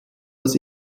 das